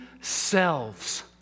selves